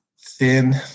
thin